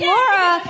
Laura